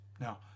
Now